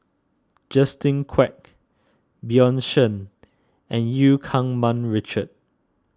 Justin Quek Bjorn Shen and Eu Keng Mun Richard